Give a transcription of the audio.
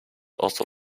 also